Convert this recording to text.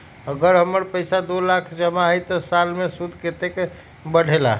अगर हमर पैसा दो लाख जमा है त साल के सूद केतना बढेला?